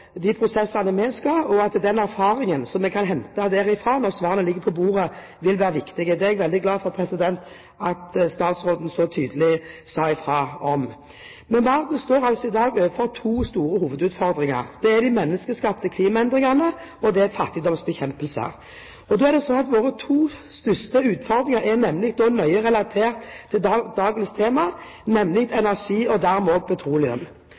de prosessene vi skal ha, og at den erfaringen vi kan hente derfra når svarene ligger på bordet, vil være viktig. Det er jeg glad for at statsråden så tydelig sa ifra om. Verden står i dag overfor to store hovedutfordringer. Det er de menneskeskapte klimaendringene, og det er fattigdomsbekjempelse. Da er det sånn at våre to største utfordringer er nøye relatert til dagens tema, nemlig energi – og dermed også petroleum.